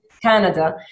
Canada